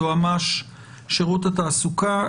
היועץ המשפט של שירות התעסוקה,